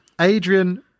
Adrian